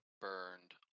burned